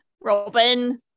Robin